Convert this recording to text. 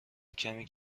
کمی